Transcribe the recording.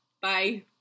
Bye